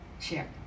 share